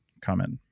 comment